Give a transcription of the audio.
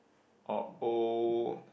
or old